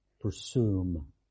presume